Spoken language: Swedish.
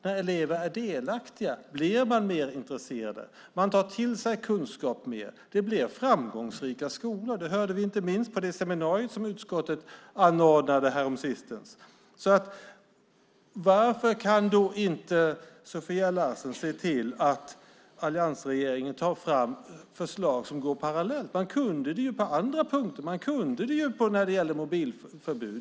När elever är delaktiga blir de mer intresserade och tar till sig kunskap bättre. Det blir framgångsrika skolor. Det hörde vi inte minst på det seminarium som utskottet anordnade häromsistens. Varför kan då inte Sofia Larsen se till att alliansregeringen tar fram förslag som går parallellt? Man kunde ju göra det i fråga om andra punkter. Man kunde göra det när det gällde mobilförbud.